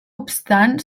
obstant